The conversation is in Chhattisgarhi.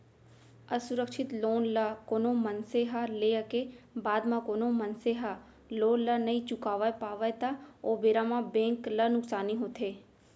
असुरक्छित लोन ल कोनो मनसे ह लेय के बाद म कोनो मनसे ह लोन ल नइ चुकावय पावय त ओ बेरा म बेंक ल नुकसानी होथे